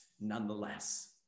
nonetheless